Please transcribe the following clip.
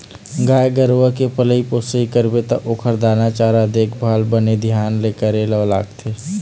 गाय गरूवा के पलई पोसई करबे त ओखर दाना चारा, देखभाल बने धियान ले करे ल लागथे